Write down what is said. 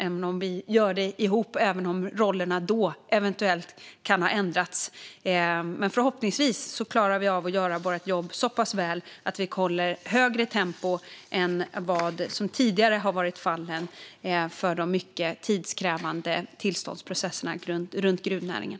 Vi gör förstås det här ihop även om rollerna då eventuellt kan ha ändrats. Förhoppningsvis klarar vi av att göra vårt jobb så bra att vi håller högre tempo än vad som tidigare varit fallet för de mycket tidskrävande tillståndsprocesserna runt gruvnäringen.